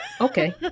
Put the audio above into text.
Okay